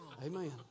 Amen